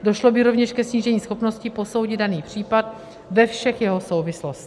Došlo by rovněž ke snížení schopnosti posoudit daný případ ve všech jeho souvislostech.